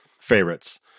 favorites